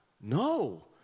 no